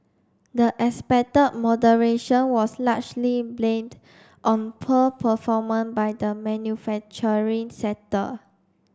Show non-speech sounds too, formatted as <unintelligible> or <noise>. the expected moderation was largely blamed on poor <unintelligible> by the manufacturing sector